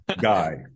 guy